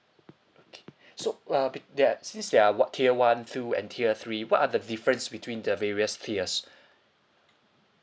okay so uh be there are since there are what tier one two and tier three what are the difference between the various tiers